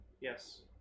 Yes